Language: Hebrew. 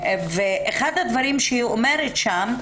אחד הדברים שהיא כתבה שם,